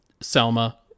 Selma